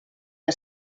que